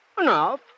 Enough